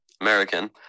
American